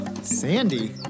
Sandy